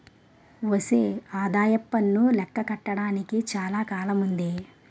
ఒసే ఆదాయప్పన్ను లెక్క కట్టడానికి చాలా కాలముందే